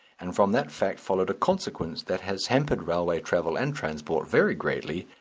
and from that fact followed a consequence that has hampered railway travel and transport very greatly,